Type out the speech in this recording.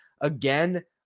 again